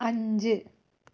അഞ്ച്